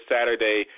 Saturday